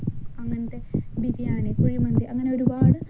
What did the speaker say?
അങ്ങനത്തെ ബിരിയാണി കുഴിമന്തി അങ്ങനെ ഒരുപാട്